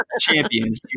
champions